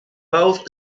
both